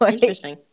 Interesting